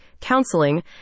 counseling